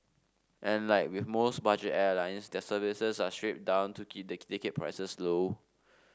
and like with most budget airline their services are stripped down to keep the ticket prices low